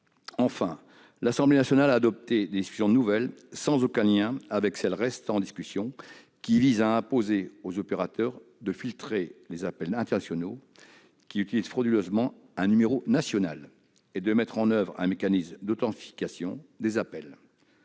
L'Assemblée nationale a par ailleurs adopté des dispositions nouvelles, sans aucun lien avec celles qui restent en discussion, visant à imposer aux opérateurs de filtrer les appels internationaux qui utilisent frauduleusement un numéro national et de mettre en oeuvre un mécanisme d'authentification des appels.